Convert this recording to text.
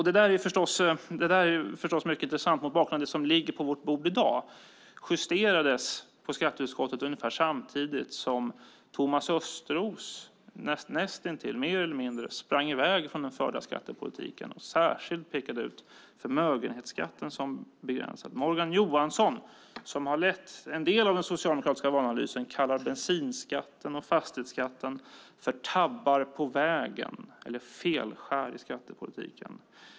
Det är intressant mot bakgrund av att det som ligger på bordet i dag justerades på skatteutskottet ungefär samtidigt som Thomas Östros mer eller mindre sprang i väg från den förda skattepolitiken och särskilt pekade ut förmögenhetsskatten som begränsande. Morgan Johansson som har lett en del av den socialdemokratiska valanalysen kallar bensinskatten och fastighetsskatten för tabbar på vägen eller felskär i skattepolitiken.